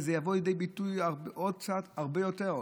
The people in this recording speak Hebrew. וזה יבוא לידי ביטוי עוד מעט הרבה יותר.